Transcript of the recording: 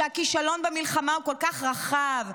כשהכישלון במלחמה הוא כל כך רחב,